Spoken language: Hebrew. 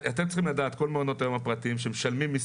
כל מעונות היום הפרטיים משלמים מסים,